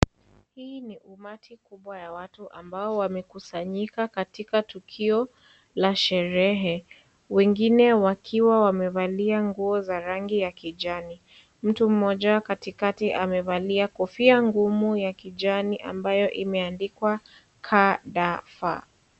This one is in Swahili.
Hii ni umati kubwa ya watu ambao wamekusanyika katika tukio la sherehe, wengine wakiwa wamevalia nguo za rangi ya kijani. Mtu mmoja katikati amevalia kofia ngumu ya kijani ambayo imeandikwa ka da fa.